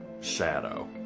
Shadow